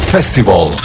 Festival